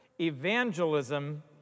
evangelism